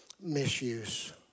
Misuse